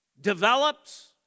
develops